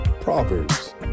Proverbs